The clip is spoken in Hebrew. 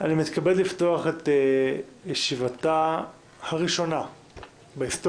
אני מתכבד לפתוח את ישיבתה הראשונה בהיסטוריה